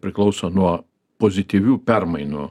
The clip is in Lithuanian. priklauso nuo pozityvių permainų